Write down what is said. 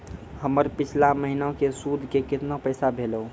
हमर पिछला महीने के सुध के केतना पैसा भेलौ?